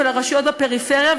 לרשויות בפריפריה,